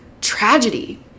tragedy